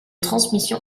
transmission